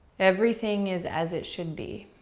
everything is as it should be.